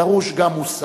דרוש גם מוסר.